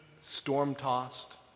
storm-tossed